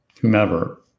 whomever